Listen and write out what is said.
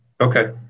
Okay